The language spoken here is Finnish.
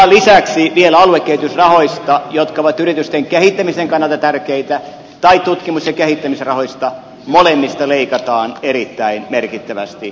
lisäksi vielä aluekehitysrahoista jotka ovat yritysten kehittämisen kannalta tärkeitä tai tutkimus ja kehittämisrahoista molemmista leikataan erittäin merkittävästi